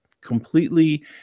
completely